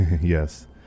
Yes